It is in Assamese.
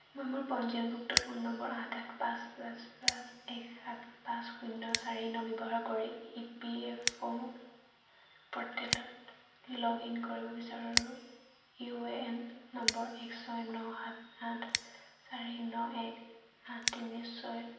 মই মোৰ পঞ্জীয়নভুক্ত ফোন নম্বৰ আঠ আঠ পাঁচ পাঁচ পাঁচ এক সাত পাঁচ শূন্য চাৰি ন ব্যৱহাৰ কৰি ই পি এফ অ' প'ৰ্টেলত লগ ইন কৰিব বিচাৰোঁ আৰু ইউ এ এন নম্বৰ এক ছয় ন সাত আঠ চাৰি ন এক আঠ তিনি ছয়